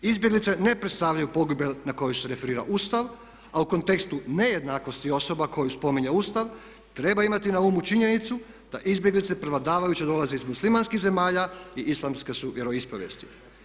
Izbjeglice ne predstavljaju pogibelj na koju se referira Ustav a u kontekstu nejednakosti osoba koju spominje Ustav treba imati na umu činjenicu da izbjeglice prevladavajuće dolaze iz muslimanskih zemalja i islamske su vjeroispovijesti.